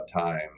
time